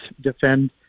defend